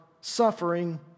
suffering